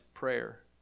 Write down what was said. prayer